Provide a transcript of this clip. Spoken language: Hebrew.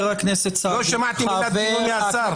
לא שמעתי מילה של גינוי מהשר.